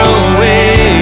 away